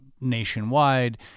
nationwide